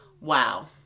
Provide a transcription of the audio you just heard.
Wow